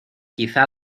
quizá